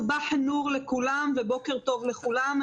צבאח אל- נור לכולם ובוקר טוב לכולם.